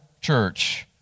church